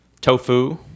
tofu